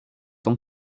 tant